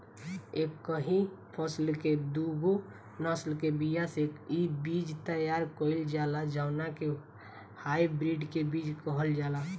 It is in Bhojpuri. एकही फसल के दूगो नसल के बिया से इ बीज तैयार कईल जाला जवना के हाई ब्रीड के बीज कहल जाला